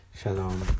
Shalom